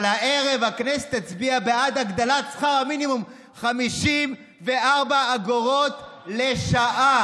אבל הערב הכנסת הצביעה בעד הגדלת שכר המינימום ב-54 אגורות לשעה.